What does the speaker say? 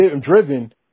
driven